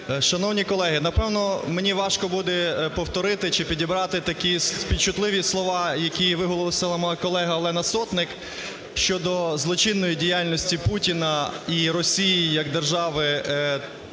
Шановні колеги, напевно, мені важко буде повторити чи підібрати такі співчутливі слова, які виголосила моя колега Олена Сотник щодо злочинної діяльності Путіна і Росії як держави, яка